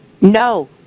No